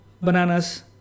bananas